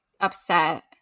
upset